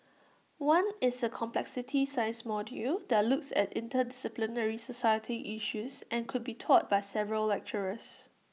one is A complexity science module that looks at interdisciplinary societal issues and could be taught by several lecturers